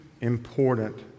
important